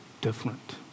different